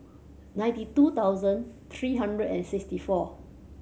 ninety two thousand three hundred and sixty four